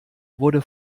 wurde